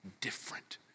different